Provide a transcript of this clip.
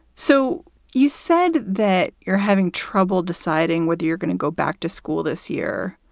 so you said that you're having trouble deciding whether you're going to go back to school this year.